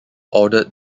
ordered